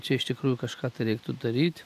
čia iš tikrųjų kažką tai reiktų daryt